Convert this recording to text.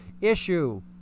issue